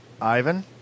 ivan